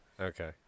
Okay